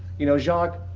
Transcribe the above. you know, jacque,